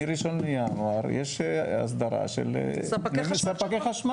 מה-01 לינואר 2024 יש אסדרה של ספקי חשמל.